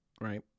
right